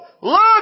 look